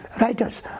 writers